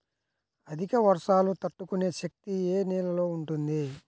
అధిక వర్షాలు తట్టుకునే శక్తి ఏ నేలలో ఉంటుంది?